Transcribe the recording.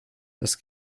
das